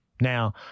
Now